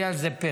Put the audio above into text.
יהיה על זה פרק.